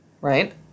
right